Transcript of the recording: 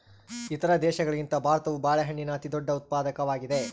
ಇತರ ದೇಶಗಳಿಗಿಂತ ಭಾರತವು ಬಾಳೆಹಣ್ಣಿನ ಅತಿದೊಡ್ಡ ಉತ್ಪಾದಕವಾಗಿದೆ